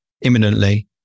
imminently